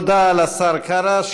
תודה לשר קרא.